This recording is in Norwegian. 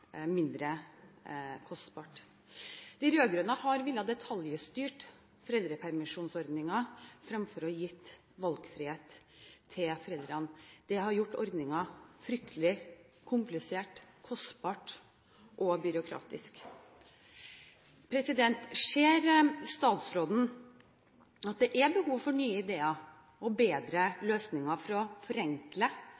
mindre kostbart. De rød-grønne har villet detaljstyre foreldrepermisjonsordningen fremfor å gi valgfrihet til foreldrene. Det har gjort ordningen fryktelig komplisert, kostbar og byråkratisk. Ser statsråden at det er behov for nye ideer og bedre